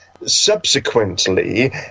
Subsequently